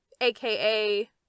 aka